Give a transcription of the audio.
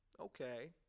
okay